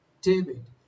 David